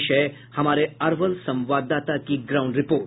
पेश है हमारे अरवल संवाददाता की ग्राउंड रिपोर्ट